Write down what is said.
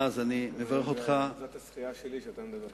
זאת הזכייה שלי, שאתה מדבר כאן עכשיו.